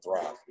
thrive